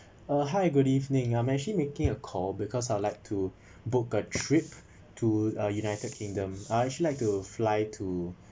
uh hi good evening I'm actually making a call because I would like to book a trip to uh united kingdom uh I actually like to fly to